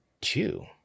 two